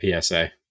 PSA